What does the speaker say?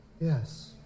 yes